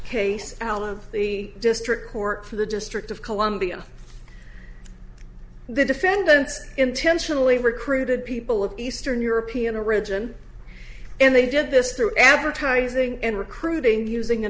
case out of the district court for the district of columbia the defendants intentionally recruited people of eastern european a religion and they did this through advertising and recruiting using a